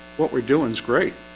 what we're doing is great,